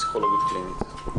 פסיכולוגית קלינית.